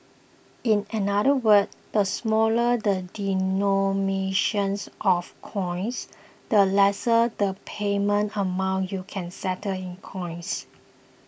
in another words the smaller the denominations of coins the lesser the payment amount you can settle in coins